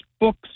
books